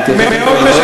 מאוד,